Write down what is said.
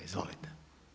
Izvolite.